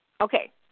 Okay